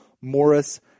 Morris